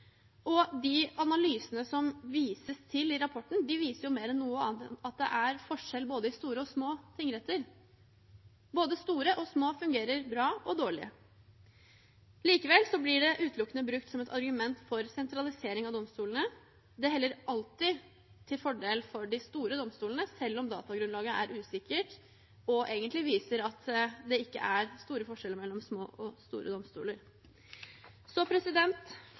Og de analysene som det vises til i rapporten, viser jo mer enn noe annet at det er forskjell både i store og i små tingretter; både store og små fungerer bra og dårlig. Likevel blir det utelukkende brukt som et argument for sentralisering av domstolene. Det heller alltid mot å være til fordel for de store domstolene, selv om datagrunnlaget er usikkert og egentlig viser at det ikke er store forskjeller mellom små og store domstoler. Så